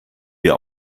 wir